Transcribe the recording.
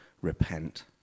repent